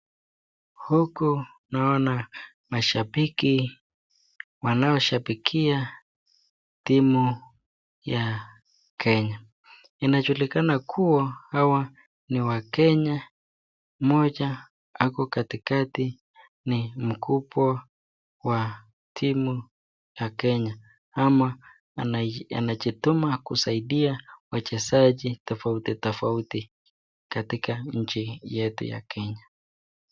Huku naona mashabiki wanaoshabikia timu ya kenya inajulikana kuwa hawa ni wakenya mmoja ako katikati ni mkubwa wa timu ya kenya ama anajituma kusaidia wachezaji tofauti tofauti katika nchi yetu ya kenya.